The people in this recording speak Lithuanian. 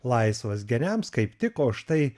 laisvas geniams kaip tik o štai